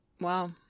wow